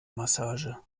massage